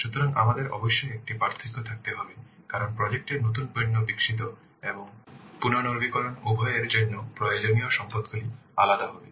সুতরাং আমাদের অবশ্যই একটি পার্থক্য থাকতে হবে কারণ প্রজেক্ট এর নতুন পণ্য বিকশিত এবং পুনর্নবীকরণ উভয়ের জন্য প্রয়োজনীয় সম্পদগুলি আলাদা হবে